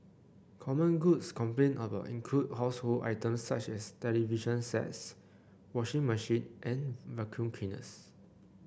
common goods complained about include household items such as television sets washing machine and vacuum cleaners